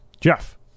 Jeff